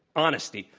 honesty,